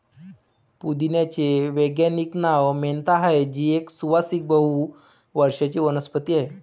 पुदिन्याचे वैज्ञानिक नाव मेंथा आहे, जी एक सुवासिक बहु वर्षाची वनस्पती आहे